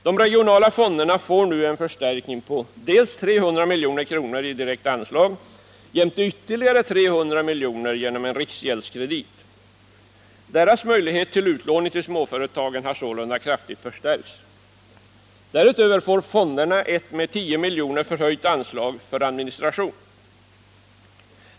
Dessa regionala fonder får nu en förstärkning på dels 300 miljoner i direkt anslag, dels ytterligare 300 miljoner i form av en rikgäldskredit. Deras möjligheter till utlåning till företagen har således kraftigt förstärkts. Därutöver får fonderna ett med 10 miljoner förhöjt anslag för administration.